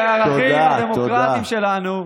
כדי שהערכים הדמוקרטיים שלנו,